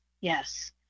Yes